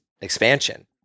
expansion